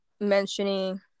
mentioning